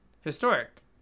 Historic